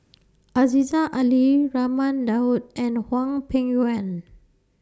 Aziza Ali Raman Daud and Hwang Peng Yuan